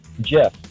Jeff